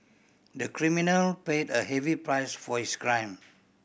the criminal paid a heavy price for his crime